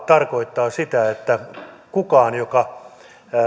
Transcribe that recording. tarkoittaa sitä että kukaan joka